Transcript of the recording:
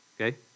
okay